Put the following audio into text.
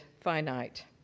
finite